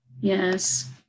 Yes